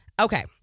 Okay